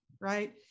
right